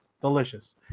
delicious